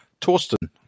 Torsten